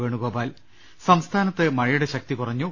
വേണു ഗോപാൽ സംസ്ഥാനത്ത് മഴയുടെ ശക്തി കുറഞ്ഞു